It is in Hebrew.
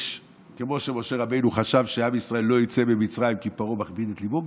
כמו שמשה רבנו חשב שעם ישראל לא יצא ממצרים כי פרעה מכביד את ליבו,